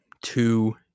two